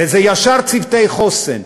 וזה ישר צוותי חוסן,